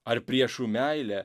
ar priešų meilė